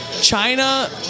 China